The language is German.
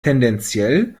tendenziell